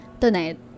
Tonight